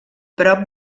prop